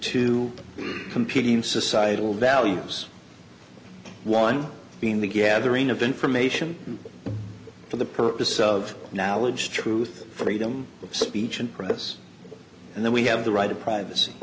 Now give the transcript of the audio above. two competing societal values one being the gathering of information for the purpose of now legit truth freedom of speech and press and then we have the right to privacy